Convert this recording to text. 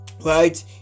right